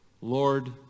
Lord